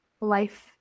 life